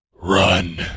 run